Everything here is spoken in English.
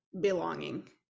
belonging